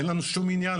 אין לנו שום עניין,